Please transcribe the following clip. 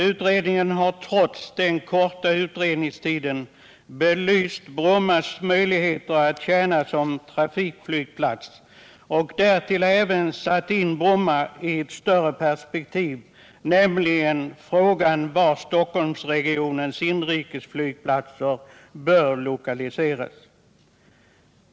Utredningen har trots den korta utredningstiden belyst Brommas möjlighet att tjäna som trafikflygplats och därtill även satt in Bromma i ett större perspektiv, nämligen frågan var Stockholmsregionens inrikesflygplatser bör lokaliseras.